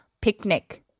Picnic